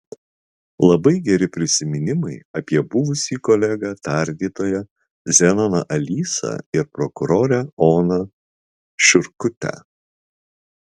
labai geri prisiminimai apie buvusį kolegą tardytoją zenoną alysą ir prokurorę oną šiurkutę